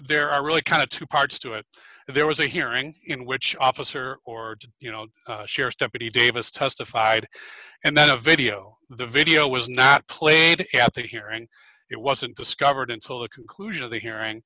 there are really kind of two parts to it there was a hearing in which officer or you know sheriff's deputy davis testified and then the video the video was not played at that hearing it wasn't discovered until the conclusion of the hearing